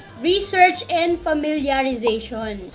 research and familiarization.